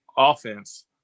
offense